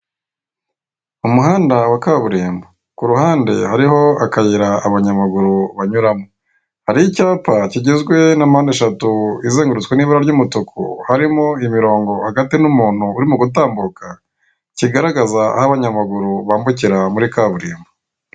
Umuhanda wa kaburimbo ku ruhande hariho akayira abanyamaguru banyuramo, hari icyapa kigizwe na mpande eshatu izengurutswe n'ibara ry'umutuku. Harimo imirongo hagati n'umuntu urimo gutambuka kigaragaza aho abanyamaguru bambukira muri kaburimbo.